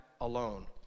alone